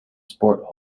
sport